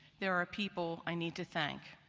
there are people i need to thank.